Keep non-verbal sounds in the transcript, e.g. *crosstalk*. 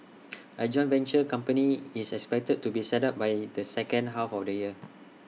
*noise* A joint venture company is expected to be set up by the second half of the year